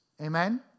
Amen